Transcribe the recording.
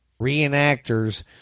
reenactors